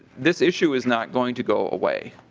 this issue is not going to go away.